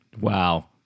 Wow